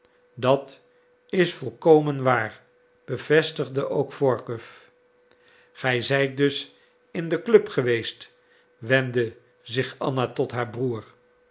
dat is volkomen waar bevestigde ook workuw gij zijt dus in de club geweest wendde zich anna tot haar broeder